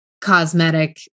cosmetic